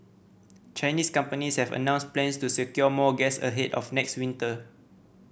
Chinese companies have announced plans to secure more gas ahead of next winter